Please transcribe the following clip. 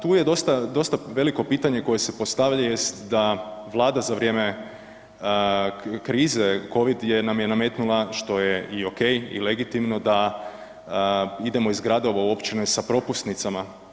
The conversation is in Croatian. Tu je dosta veliko pitanje koje se postavlja jest da Vlada za vrijeme krize Covid je nam je nametnula, što je okej i legitimno, da idemo iz gradova u općine sa propusnicama.